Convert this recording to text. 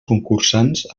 concursants